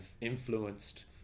influenced